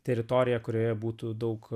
teritoriją kurioje būtų daug